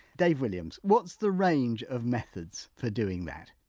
dave williams, what's the range of methods for doing that?